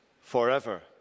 forever